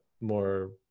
more